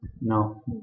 no